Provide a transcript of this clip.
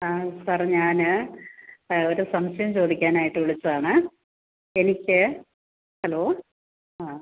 ആ സാർ ഞാൻ ഒരു സംശയം ചോദിക്കാനായിട്ട് വിളിച്ചതാണ് എനിക്ക് ഹലോ ആ